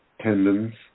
tendons